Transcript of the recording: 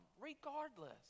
regardless